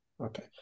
Okay